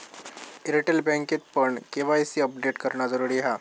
Airtel बँकेतपण KYC update करणा जरुरी हा